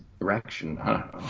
erection